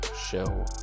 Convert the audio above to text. show